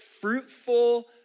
fruitful